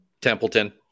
Templeton